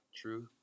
true